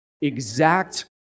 exact